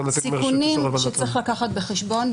סיכונים שצריך לקחת בחשבון,